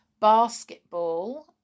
basketball